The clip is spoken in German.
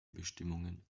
bestimmungen